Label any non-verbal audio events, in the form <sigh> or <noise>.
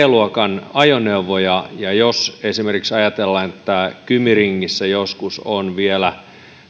<unintelligible> luokan ajoneuvoja jos esimerkiksi ajatellaan että kymiringissä joskus on vielä